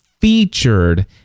featured